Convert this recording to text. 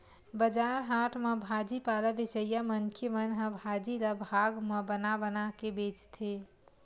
बजार हाट म भाजी पाला बेचइया मनखे मन ह भाजी ल भाग म बना बना के बेचथे